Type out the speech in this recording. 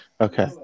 okay